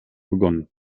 begonnen